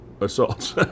assaults